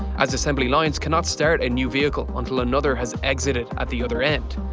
as assembly lines cannot start a new vehicle until another has exited at the other end.